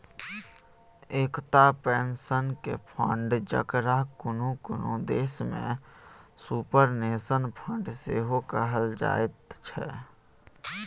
एकटा पेंशनक फंड, जकरा कुनु कुनु देश में सुपरनेशन फंड सेहो कहल जाइत छै